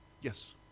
Yes